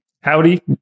Howdy